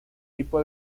tipo